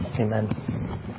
Amen